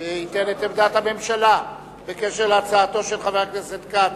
וייתן את עמדת הממשלה בקשר להצעתו של חבר הכנסת כץ.